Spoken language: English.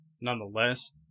nonetheless